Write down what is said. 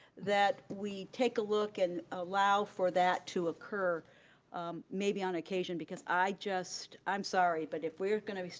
that we take a look and allow for that to occur maybe on occasion, because i just, i'm sorry, but if we're gonna,